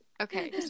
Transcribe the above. okay